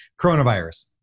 Coronavirus